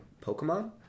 Pokemon